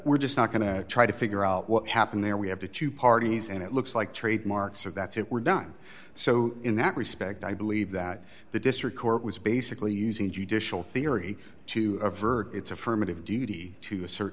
we're just not going to try to figure out what happened there we have the two parties and it looks like trademarks or that's it we're done so in that respect i believe that the district court was basically using judicial theory to revert its affirmative duty to